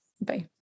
Bye